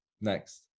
Next